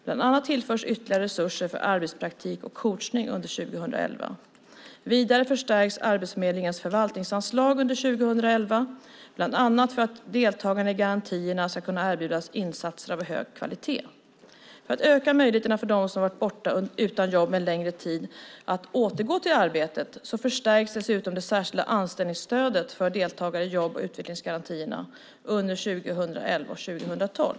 Bland annat tillförs ytterligare resurser för arbetspraktik och coachning under 2011. Vidare förstärks Arbetsförmedlingens förvaltningsanslag under 2011, bland annat för att deltagarna i garantierna ska kunna erbjudas insatser av hög kvalitet. För att öka möjligheterna för dem som har varit utan jobb en längre tid att återgå till arbetslivet förstärks dessutom det särskilda anställningsstödet för deltagare i jobb och utvecklingsgarantin under 2011 och 2012.